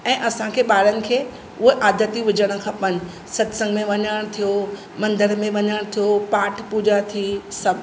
ऐं असांखे ॿारनि खे उहे आदतियूं विझणु खपनि सत्संग में वञणु थियो मंदर में वञणु थियो पाठ पूजा थी सभु